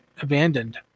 abandoned